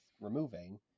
removing